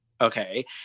Okay